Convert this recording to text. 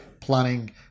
planning